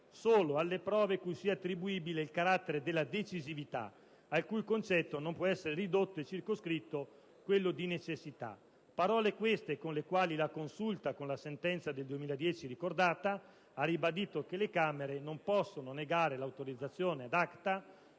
solo alle prove cui sia attribuibile il carattere della decisività, al cui concetto non può essere ridotto e circoscritto quello di necessità. Parole queste con le quali la Consulta, con la sentenza del 2010 ricordata, ha ribadito come le Camere non possano negare l'autorizzazione *ad acta*